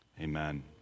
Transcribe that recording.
Amen